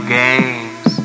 games